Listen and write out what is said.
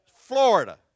Florida